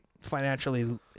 financially